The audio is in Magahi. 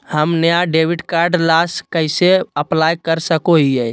हम नया डेबिट कार्ड ला कइसे अप्लाई कर सको हियै?